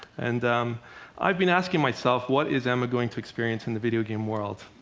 and um i've been asking myself, what is emma going to experience in the video game world?